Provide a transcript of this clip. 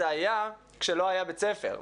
שזה היה כשלא היה בית ספר,